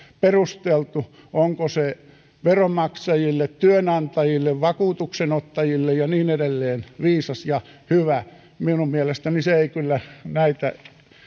perusteltu onko se veronmaksajille työnantajille vakuutuksenottajille ja niin edelleen viisas ja hyvä minun mielestäni se ei kyllä näitä